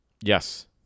Yes